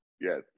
yes